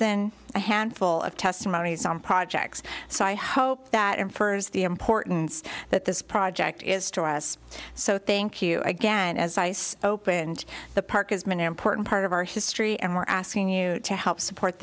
than a handful of testimonies on projects so i hope that infers the importance that this project is to us so thank you again as ice opened the park has been an important part of our history and we're asking you to help support